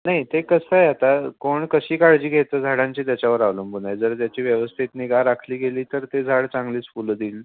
नाही ते कसं आहे आता कोण कशी काळजी घेतं झाडांची त्याच्यावर अवलंबून आहे जर त्याची व्यवस्थित निगा राखली गेली तर ते झाड चांगलीच फुलं देईल